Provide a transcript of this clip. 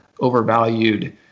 overvalued